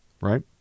right